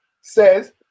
says